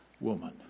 woman